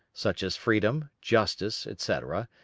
such as freedom, justice, etc.